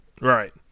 Right